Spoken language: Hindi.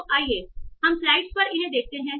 तो आइए हम स्लाइड्स पर इन्हें देखते हैं